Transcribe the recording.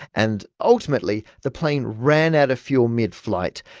and ultimately, the plane ran out of fuel mid-flight,